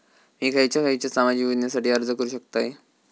मी खयच्या खयच्या सामाजिक योजनेसाठी अर्ज करू शकतय?